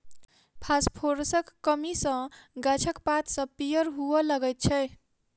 फासफोरसक कमी सॅ गाछक पात सभ पीयर हुअ लगैत छै